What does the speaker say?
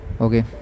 Okay